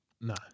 No